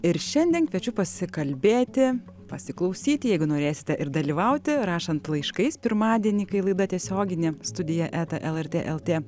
ir šiandien kviečiu pasikalbėti pasiklausyti jeigu norėsite ir dalyvauti rašant laiškais pirmadienį kai laida tiesioginė studija eta lrt lt